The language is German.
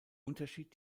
unterschied